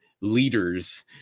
leaders